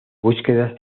búsquedas